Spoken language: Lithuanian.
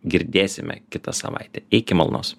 girdėsime kitą savaitę iki malonaus